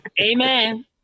Amen